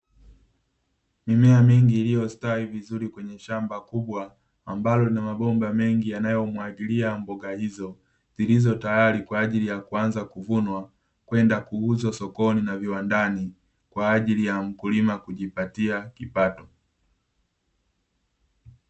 Mimea mingi iliyostawi vizuri kwenye shamba kubwa, ambalo lina mabomba mengi yanayomwagilia mboga hizo, zilizo tayari kwa ajili ya kuanza kuvunwa, kwenda kuuzwa sokoni na viwandani kwa ajili ya mkulima kujipatia kipato.